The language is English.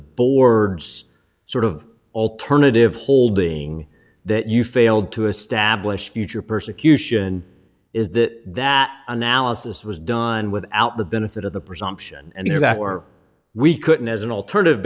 board's sort of alternative holding that you failed to establish future persecution is that analysis was done without the benefit of the presumption and here that we couldn't as an alternative